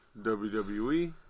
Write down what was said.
WWE